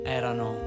erano